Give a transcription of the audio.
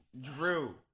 drew